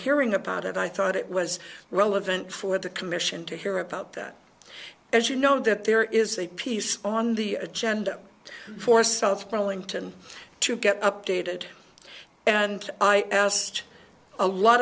hearing about it i thought it was relevant for the commission to hear about that as you know that there is a piece on the agenda for south burlington to get updated and i asked a lot